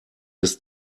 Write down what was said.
des